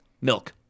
Milk